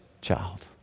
child